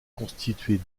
constituée